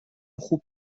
خوب